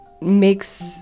makes